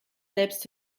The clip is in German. selbst